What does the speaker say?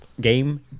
game